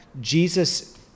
Jesus